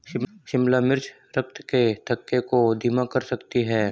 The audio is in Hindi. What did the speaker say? शिमला मिर्च रक्त के थक्के को धीमा कर सकती है